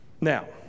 Now